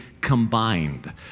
combined